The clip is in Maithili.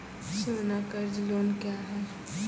सोना कर्ज लोन क्या हैं?